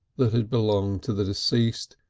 that had belonged to the deceased,